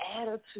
attitude